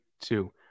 two